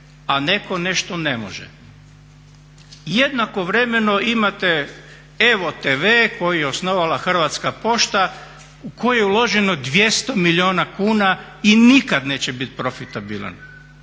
a netko nešto ne može. Jednakovremeno imate EVO tv koju je osnovala Hrvatska pošta u koju je uloženo 200 milijuna kuna i nikad neće bit profitabilan.